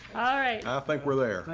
i ah think we're there.